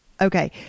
Okay